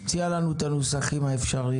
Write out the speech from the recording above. תציע לנו את הנוסחים האפשריים.